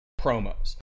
promos